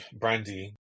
Brandy